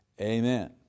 Amen